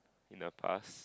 in the past